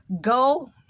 go